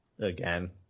again